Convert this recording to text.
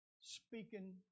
speaking